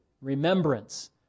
Remembrance